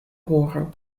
horo